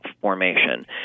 formation